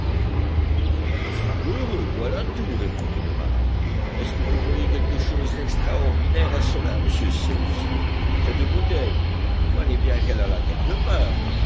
cela me semble heureux voilà tout répondit le marin est-ce que vous voyez quelque chose d'extraordinaire à cela monsieur cyrus cette bouteille il fallait bien qu'elle allât quelque part